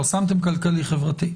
לא, כלכלי חברתי.